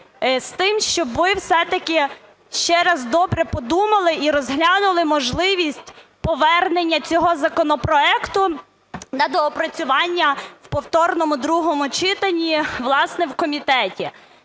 з тим, щоб ви все-таки ще раз добре подумали і розглянули можливість повернення цього законопроекту на доопрацювання в повторному другому читанні власне в комітеті.